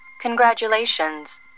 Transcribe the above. Congratulations